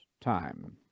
time